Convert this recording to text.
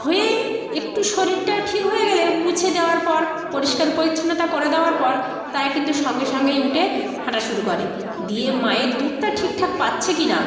হয়েই একটু শরীরটা ঠিক হয়ে গেলে মুছে দেওয়ার পর পরিষ্কার পরিচ্ছন্নতা করে দেওয়ার পর তারা কিন্তু সঙ্গে সঙ্গেই উঠে হাঁটা শুরু করে দিয়ে মায়ের দুধটা ঠিকঠাক পাচ্ছে কি না